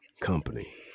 company